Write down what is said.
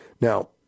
Now